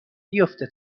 بیفته